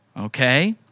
okay